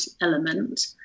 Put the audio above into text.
element